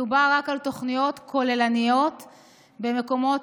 מדובר רק על תוכניות כוללניות במקומות